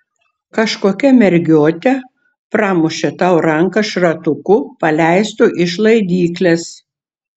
kažkokia mergiotė pramušė tau ranką šratuku paleistu iš laidyklės